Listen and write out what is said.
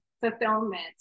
fulfillment